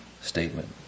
statement